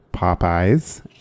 Popeye's